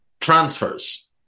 transfers